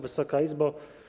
Wysoka Izbo!